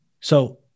So-